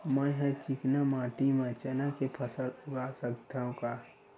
मै ह चिकना माटी म चना के फसल उगा सकथव का?